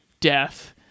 death